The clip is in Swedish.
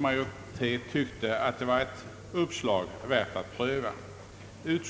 Man tyckte detta uppslag var värt att pröva. När